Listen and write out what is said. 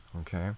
Okay